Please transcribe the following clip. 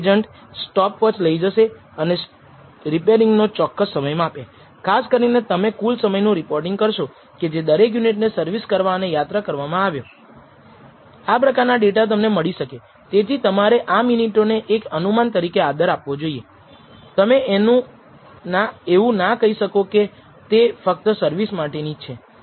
તેથી જો β0 માટે કોન્ફિડન્સ ઈન્ટર્વલસ આ ચોક્કસ ઈન્ટર્વલસમાં 0 નો સમાવેશ થાય છે તો પછી આપણે કહીશું કે ઇન્ટરસેપ્ટ ટર્મ નોંધપાત્ર નથી